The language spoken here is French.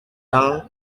cent